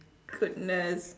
goodness